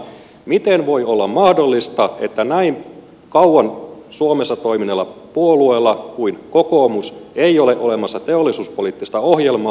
miten voi olla mahdollista että näin kauan suomessa toimineella puolueella kuin kokoomus ei ole olemassa teollisuuspoliittista ohjelmaa